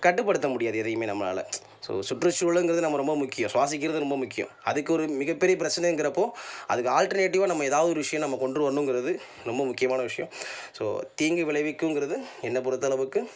கட்டுப்படுத்த முடியாது எதையுமே நம்மளால ஸோ சுற்றுச்சூழலுங்கிறது நம்ம ரொம்ப முக்கியம் சுவாசிக்கிறது ரொம்ப முக்கியம் அதுக்கு ஒரு மிகப்பெரிய பிரச்சனைங்கிறப்போ அதுக்கு ஆல்டர்நேட்டிவாக நம்ம ஏதாவது ஒரு விஷயம் நம்ம கொண்டு வரணுங்கிறது ரொம்ப முக்கியமான விஷயம் ஸோ தீங்கு விளைவிக்குங்கிறது என்னப்பொறுத்த அளவுக்கு